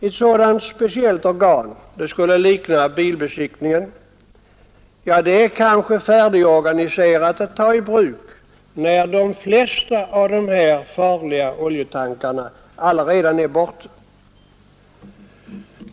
Ett sådant speciellt organ — det skulle likna bilbesiktningen — är kanske färdigt att tas i bruk när de flesta av dessa farliga oljetankar redan är borta.